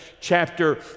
chapter